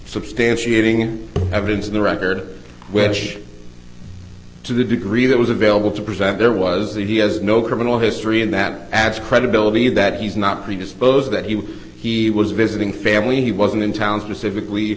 substantiating evidence in the record which to the degree that was available to present there was that he has no criminal history and that adds credibility that he's not predisposed that he he was visiting family he wasn't in town for civic we